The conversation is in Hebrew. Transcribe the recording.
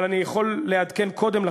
אבל אני יכול לעדכן קודם לכן,